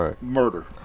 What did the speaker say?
murder